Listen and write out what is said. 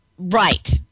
Right